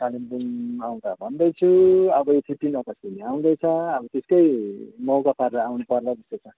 कालिम्पोङ आउँ त भन्दैछु अब यो फिफ्टिन अगस्त पनि आउँदैछ अब त्यसकै मौका पारेर आउनुपर्ला जस्तो छ